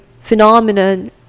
phenomenon